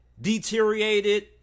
deteriorated